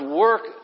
work